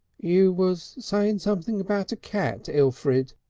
you was saying something about a cat, elfrid,